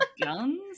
guns